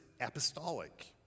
apostolic